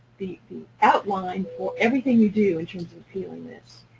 the the outline for everything you do in terms of appealing this.